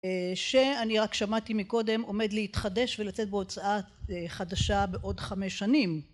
שאני רק שמעתי מקודם עומד להתחדש ולצאת בהוצאה חדשה בעוד חמש שנים